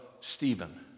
Stephen